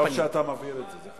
טוב שאתה מבהיר את זה.